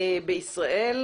בישראל.